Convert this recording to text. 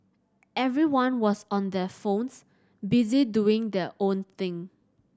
everyone was on their phones busy doing their own thing